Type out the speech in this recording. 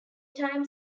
time